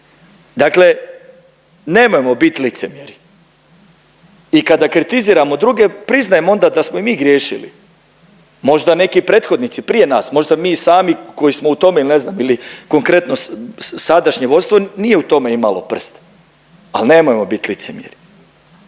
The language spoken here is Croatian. Dakle, nemojmo biti licemjeri i kada kritiziramo druge priznajmo onda da smo onda i mi griješili. Možda neki prethodnici prije nas, možda mi i sami koji smo u tome ili ne znam ili konkretno sadašnje vodstvo nije u tome imalo prste, ali nemojmo biti licemjeri.